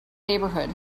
neighborhood